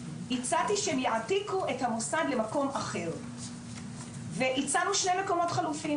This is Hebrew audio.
הצעתי שהם יעתיקו את המוסד למקום אחר והצענו שני מקומות חלופיים,